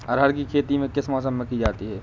अरहर की खेती किस मौसम में की जाती है?